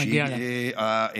מגיע להם.